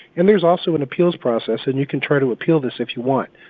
and there's also an appeals process, and you can try to appeal this if you want,